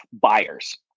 buyers